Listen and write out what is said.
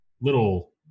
little